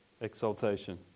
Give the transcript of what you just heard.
exaltation